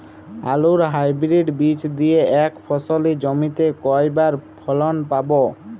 আলুর হাইব্রিড বীজ দিয়ে এক ফসলী জমিতে কয়বার ফলন পাব?